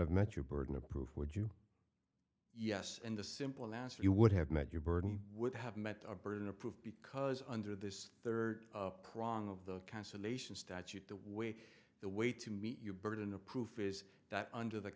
have met your burden of proof would you yes and the simple answer you would have met your burden would have met a burden of proof because under this third prong of the cancellation statute the way the way to meet your burden of proof is that under the